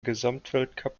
gesamtweltcup